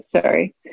sorry